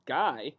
guy